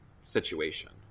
situation